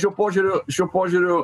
šiuo požiūriu šiuo požiūriu